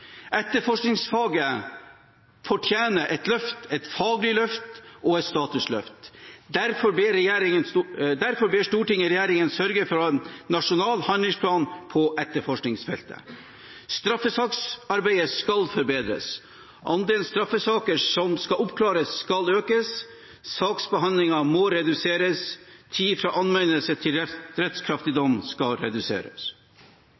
Etterforskningsfaget fortjener et løft – et faglig løft, og et statusløft. Derfor ber Stortinget regjeringen sørge for en nasjonal handlingsplan for etterforskningsfeltet. Straffesaksarbeidet skal forbedres. Andelen straffesaker som skal oppklares, skal økes. Saksbehandlingen må reduseres: Tid fra anmeldelse til rettskraftig dom skal reduseres.